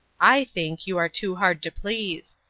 i think you are too hard to please.